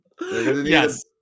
Yes